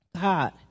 God